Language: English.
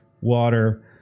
water